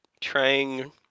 trying